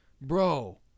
bro